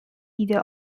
ایده